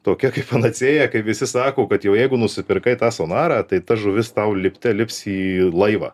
tokia kaip panacėja kaip visi sako kad jau jeigu nusipirkai tą sonarą tai ta žuvis tau lipte lips į laivą